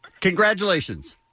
Congratulations